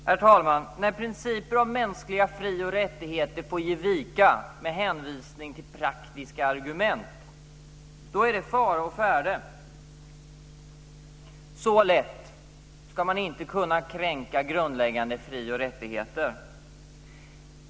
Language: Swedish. Herr talman! När principer om mänskliga fri och rättigheter får ge vika med hänvisning till praktiska argument, då är det fara och färde. Så lätt ska man inte kunna kränka grundläggande fri och rättigheter.